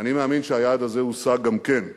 אני מאמין שהיעד הזה הושג גם כן.